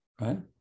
right